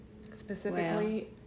specifically